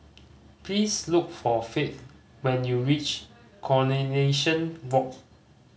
please look for Fate when you reach Coronation Walk